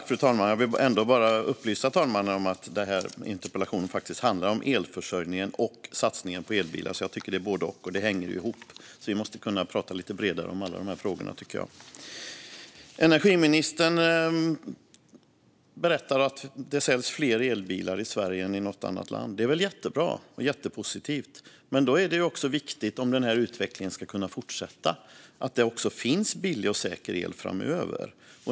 Fru talman! Jag vill bara upplysa talmannen om att interpellationen faktiskt handlar om både elförsörjningen och satsningen på elbilar. Det hänger ihop. Jag tycker att vi måste kunna prata lite bredare om de här frågorna. Energiministern berättar att det säljs fler elbilar i Sverige än i något annat land i EU. Det är väl jättebra och jättepositivt. Men om den utvecklingen ska kunna fortsätta är det viktigt att det finns billig och säker el framöver.